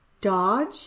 dodge